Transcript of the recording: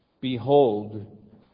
behold